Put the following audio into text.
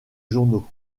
journaux